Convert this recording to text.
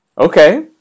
Okay